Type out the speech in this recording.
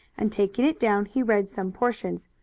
and taking it down he read some portions,